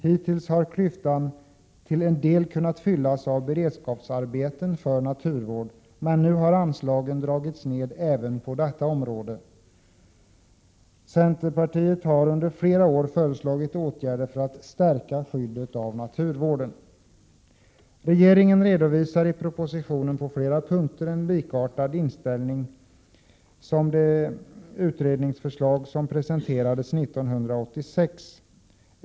Hittills har klyftan till en del kunnat fyllas av beredskapsarbeten för naturvård, men nu har anslagen dragits ned även på detta område. Centerpartiet har under flera år föreslagit åtgärder syftande till att förstärka skyddet av naturvården. Regeringen redovisar i propositionen på flera punkter en inställning likartad den som presenterades i utredningsförslaget 1986.